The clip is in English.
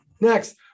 Next